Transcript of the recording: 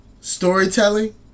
storytelling